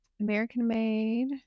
American-made